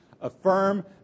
affirm